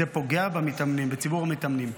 זה פוגע בציבור המתאמנים.